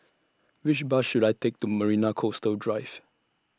Which Bus should I Take to Marina Coastal Drive